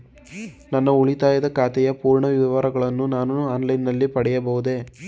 ನನ್ನ ಉಳಿತಾಯ ಖಾತೆಯ ಪೂರ್ಣ ವಿವರಗಳನ್ನು ನಾನು ಆನ್ಲೈನ್ ನಲ್ಲಿ ಪಡೆಯಬಹುದೇ?